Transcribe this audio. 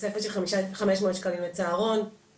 התוספת של 500 שקלים לצהרון,